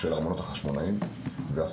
של ארמונות החשמונאים,